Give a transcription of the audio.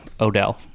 Odell